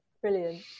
Brilliant